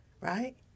right